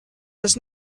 does